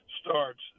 starts